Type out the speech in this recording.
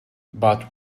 but